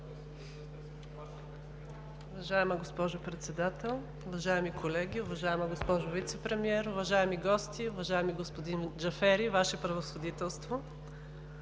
Уважаема госпожо Председател, уважаеми колеги, уважаема госпожо Вицепремиер, уважаеми гости, уважаеми господин Джафери, Ваше Превъзходителство!